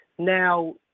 Now